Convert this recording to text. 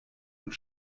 und